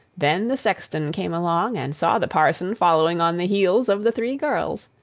then the sexton came along, and saw the parson following on the heels of the three girls.